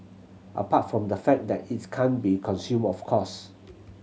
apart from the fact that it can't be consumed of course